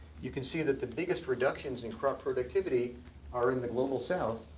you can see that the biggest reductions in crop productivity are in the global south,